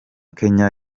kenya